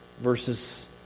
versus